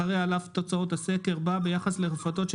אחרי "על פי תוצאות הסקר," בא "ביחס לרפתות של